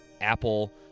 Apple